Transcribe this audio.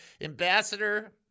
Ambassador